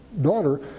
daughter